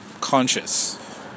conscious